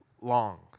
Long